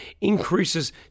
increases